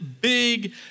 big